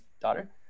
daughter